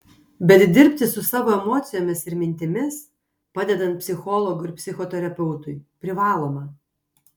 bet dirbti su savo emocijomis ir mintimis padedant psichologui ar psichoterapeutui privaloma